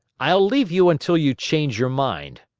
i'll leave you until you change your mind.